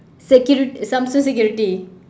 securi~ samsung security